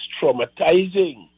traumatizing